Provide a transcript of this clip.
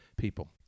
People